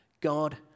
God